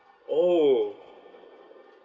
oh